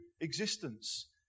existence